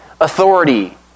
Authority